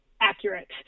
accurate